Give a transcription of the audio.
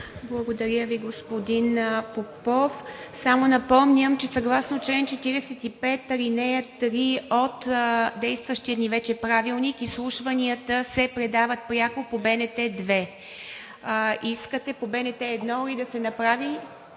Благодаря Ви, господин Попов. Само напомням, че съгласно чл. 45, ал. 3 от действащия ни вече Правилник изслушванията се предават пряко по БНТ 2. Искате по БНТ 1 ли да се направи?